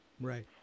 Right